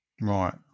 Right